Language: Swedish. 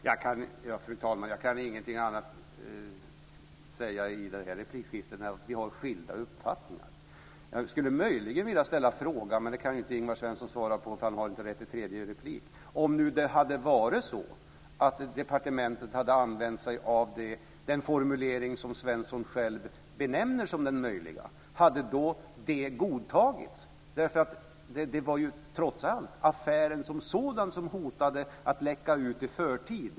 Fru talman! Jag kan ingenting annat säga i det här replikskiftet än att vi har skilda uppfattningar. Jag skulle möjligen vilja ställa en fråga, men den kan inte Ingvar Svensson svara på, för han har inte rätt till en tredje replik. Om det nu hade varit så att departementet hade använt sig av den formulering som Svensson själv benämner som den möjliga, hade då det godtagits? Det var trots allt affären som sådan som hotade att läcka ut i förtid.